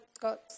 got